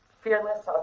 fearless